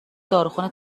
داروخونه